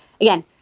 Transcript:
Again